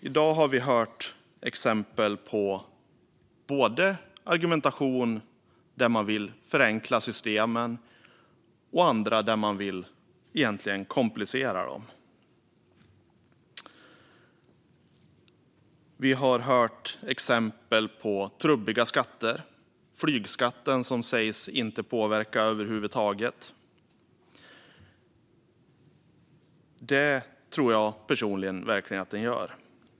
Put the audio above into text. I dag har vi hört exempel på argumentation både för att förenkla systemen och för att komplicera dem. Det har tagits upp exempel på påstått trubbiga skatter. Flygskatten sägs inte påverka över huvud taget. Det tror jag personligen verkligen att den gör.